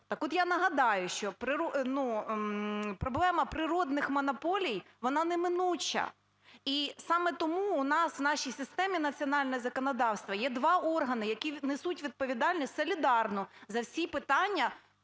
Так от я нагадаю, що проблема природних монополій, вона неминуча. І саме тому у нас в нашій системі "Національне законодавство" є два органи, які несуть відповідальність солідарну за всі питання